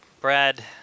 Brad